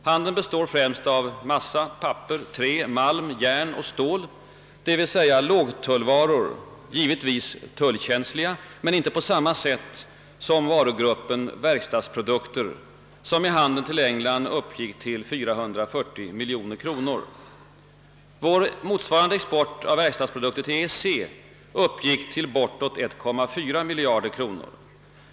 Handeln består främst av massa, papper, trä, malm, järn och stål, d. v. s. lågtullvaror — givetvis tullkänsliga men inte på samma sätt som varugruppen verkstadsprodukter, som i vår handel till England uppgick till 440 miljoner kronor. Vår export av verkstadsprodukter till EEC uppgick till bortåt 1,4 miljard kronor.